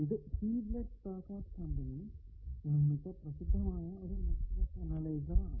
ഇത് Hewlett Packard company നിർമിച്ച പ്രസിദ്ധമായ ഒരു നെറ്റ്വർക്ക് അനലൈസർ ആണ്